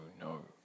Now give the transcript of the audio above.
no